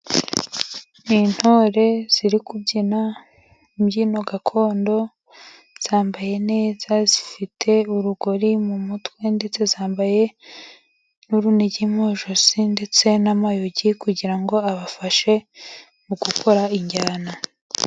Ni intore ziri kubyina imbyino gakondo, zambaye neza zifite urugori mu mutwe ndetse zambaye n'urunigi mu ijosi ndetse n'amayugi kugira ngo abafashe mu gukora injyana.